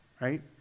Right